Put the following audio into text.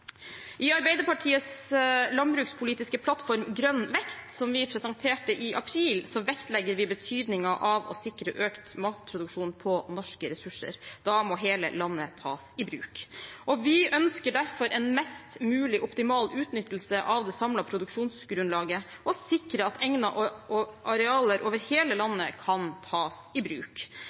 I Arbeiderpartiets landbrukspolitiske plattform Grønn vekst, som vi presenterte i april, vektlegger vi betydningen av å sikre økt matproduksjon på norske ressurser. Da må hele landet tas i bruk. Vi ønsker derfor en mest mulig optimal utnyttelse av det samlede produksjonsgrunnlaget og å sikre at egnede arealer over hele landet kan tas i bruk